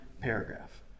paragraph